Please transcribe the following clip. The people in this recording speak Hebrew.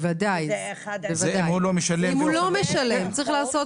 בדיוק, אבל גברתי היושבת